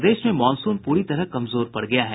प्रदेश में मॉनसून पूरी तरह कमजोर पड़ गया है